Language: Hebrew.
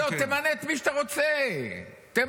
לא, תמנה את מי שאתה רוצה, תמנה.